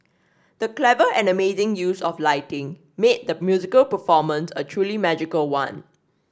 the clever and amazing use of lighting made the musical performance a truly magical one